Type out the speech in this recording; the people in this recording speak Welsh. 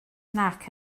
nac